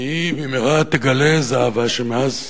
והיא במהרה תגלה, זהבה, שמאז